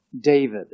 David